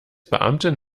beamtin